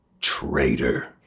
traitor